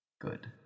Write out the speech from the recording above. Good